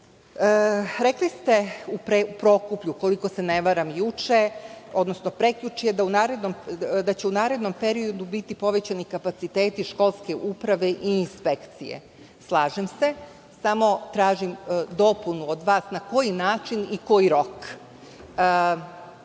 ste u Prokuplju, ukoliko se ne varam juče, odnosno prekjuče, da će u narednom periodu biti povećani kapaciteti školske uprave i inspekcije. Slažem se. Samo tražim dopunu od vas na koji način i koji rok.